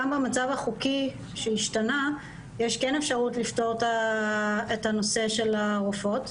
גם במצב החוקי שהשתנה יש כן אפשרות לפתור את הנושא של הרופאות,